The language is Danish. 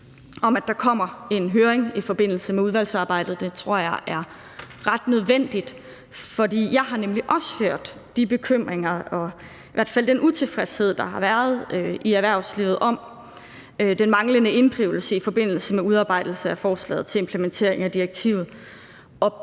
om, at der kommer en høring i forbindelse med udvalgsarbejdet. Det tror jeg er ret nødvendigt, for jeg har nemlig også hørt de bekymringer, der har været, og den utilfredshed, der i hvert fald har været, i erhvervslivet med den manglende inddrivelse i forbindelse med udarbejdelse af forslaget til implementering af direktivet.